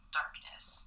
darkness